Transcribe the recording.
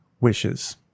wishes